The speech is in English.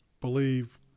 believe